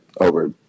over